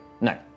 No